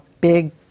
big